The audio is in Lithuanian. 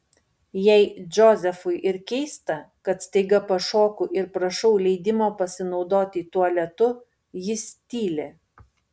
jei džozefui ir keista kad staiga pašoku ir prašau leidimo pasinaudoti tualetu jis tyli